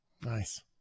Nice